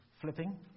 flipping